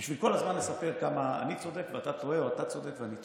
בשביל כל הזמן לספר כמה אני צודק ואתה טועה או אתה צודק ואני טועה.